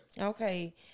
Okay